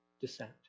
Descent